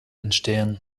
entstehen